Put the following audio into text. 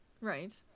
Right